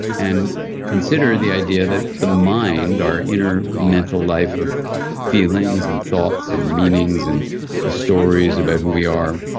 and considered the idea that the mind, our inner mental life of feelings and thoughts and meanings and the stories about who we are,